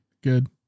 Good